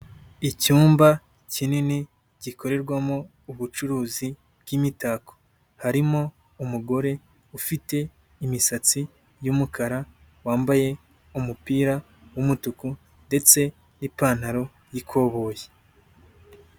Icyumba kinini gikorerwamo ubucuruzi bw'imitako harimo umugore ufite imisatsi y'umukara wambaye umupira w'umutuku ndetse n'ipantaro y'ikoboyi.